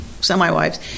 semi-wives